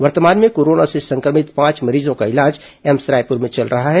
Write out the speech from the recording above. वर्तमान में कोरोना से संक्रमित पांच मरीजों का इलाज एम्स रायपुर में चल रहा है